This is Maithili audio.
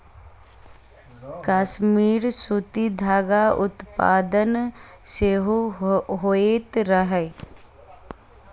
कश्मीर मे सूती धागा के उत्पादन सेहो होइत रहै